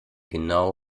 genau